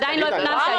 עדיין לא הפנמת את זה.